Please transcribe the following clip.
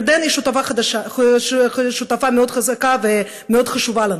ירדן היא שותפה מאוד חזקה ומאוד חשובה לנו.